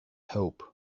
hope